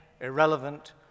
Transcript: irrelevant